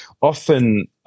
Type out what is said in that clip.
often